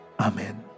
Amen